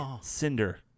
Cinder